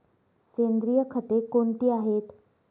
सेंद्रिय खते कोणती आहेत?